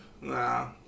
Nah